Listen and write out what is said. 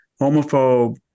homophobe